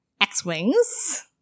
X-Wings